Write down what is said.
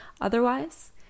Otherwise